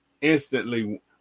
instantly